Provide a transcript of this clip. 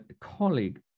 colleague